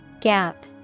Gap